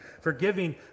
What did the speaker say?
Forgiving